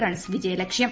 runs വിജയലക്ഷ്യം